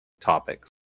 Topics